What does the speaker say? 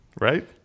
right